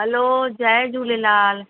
हलो जय झूलेलाल